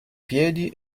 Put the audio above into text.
piedi